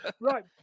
Right